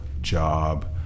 job